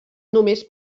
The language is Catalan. només